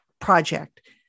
project